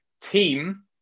team